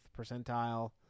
percentile